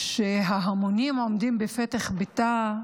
שההמונים עומדים בפתח ביתה,